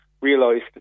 realised